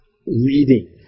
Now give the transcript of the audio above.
reading